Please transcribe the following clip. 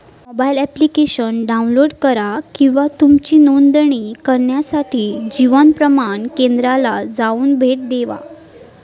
mobile application download करा किंवा तुमची नोंदणी करण्यासाठी जीवन प्रमाण केंद्राला जाऊन भेट देवा